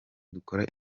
dukora